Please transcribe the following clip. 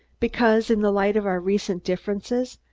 because, in the light of our recent differences,